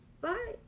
Bye